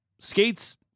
Skates